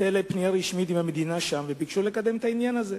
היתה אלי פנייה רשמית מהמדינה שם וביקשו לקדם את העניין הזה.